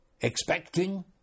expecting